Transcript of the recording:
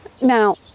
now